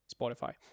Spotify